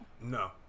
No